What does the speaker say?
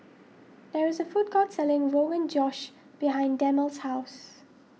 there is a food court selling Rogan Josh behind Darnell's house